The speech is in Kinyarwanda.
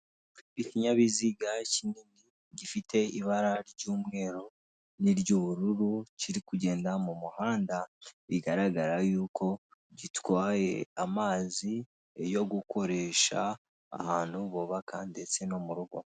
Ikinyabiziga kinini gifite ibara ry'umweru n'iry'ubururu; kiri kugenda mu muhanda; bigaragara yuko gitwaye amazi yo gukoresha ahantu bubaka ndetse no mu rugo.